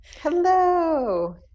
Hello